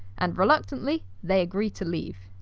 and reluctantly they agree to leave.